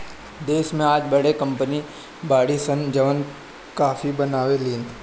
देश में आज बहुते कंपनी बाड़ी सन जवन काफी बनावे लीन